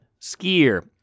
skier